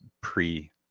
pre